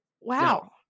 Wow